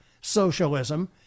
socialism